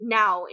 now